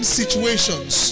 situations